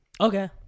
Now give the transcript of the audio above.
Okay